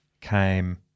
came